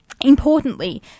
importantly